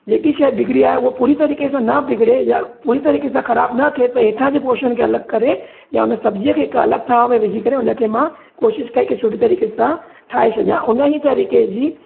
जेकी शइ बिगिड़ी आहे उहा पूरी तरीक़े सां ना बिगिड़े या पूरी तरीक़े सां ख़राब न थिए त हेटां जे पोशन खे अलॻि करे या हुन सब्जीअ खे हिकु अलॻि थांव में विझी करे हुन खे मां कोशिशि कई की सुठे तरीक़े सां ठाहे छॾियां उन ई तरीक़े जी